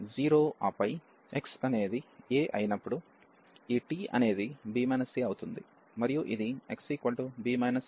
0 ఆపై x అనేది a అయినప్పుడు ఈ t అనేది b a అవుతుంది మరియు ఇది xb అయినప్పుడు ఇది 0 అవుతుంది